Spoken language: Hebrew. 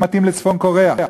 שמתאים לצפון-קוריאה.